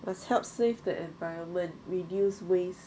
must help save the environment reduce waste